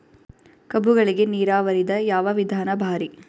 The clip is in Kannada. ಕಬ್ಬುಗಳಿಗಿ ನೀರಾವರಿದ ಯಾವ ವಿಧಾನ ಭಾರಿ?